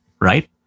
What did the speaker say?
right